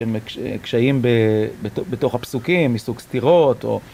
קשיים בתוך הפסוקים מסוג סתירות או